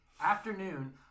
afternoon